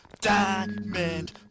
diamond